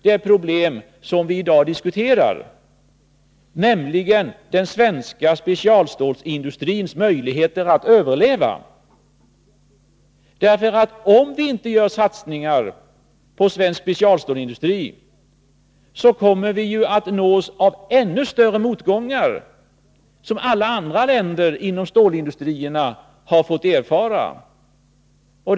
Det problem som vi i dag diskuterar gäller nämligen den svenska specialstålsindustrins möjligheter att överleva. Om vi inte gör satsningar på svensk specialstålsindustri, så kommer vi att nås av ännu större motgångar, som alla andra länder med stålindustri har fått erfara.